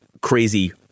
crazy